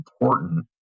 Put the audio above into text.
important